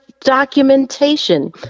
documentation